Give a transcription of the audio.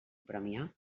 premiar